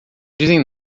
dizem